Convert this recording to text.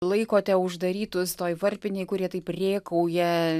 laikote uždarytus toj varpinėj kurie taip rėkauja